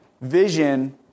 vision